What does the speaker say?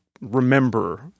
remember